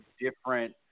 different